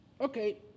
Okay